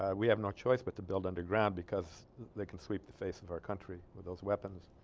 ah we have no choice but to build underground because they could sweep the face of our country with those weapons